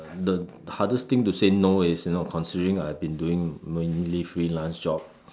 the hardest thing to say no is you know considering I've been doing mainly freelance job